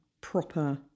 proper